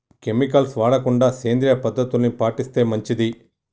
chemicals వాడకుండా సేంద్రియ పద్ధతుల్ని పాటిస్తే మంచిది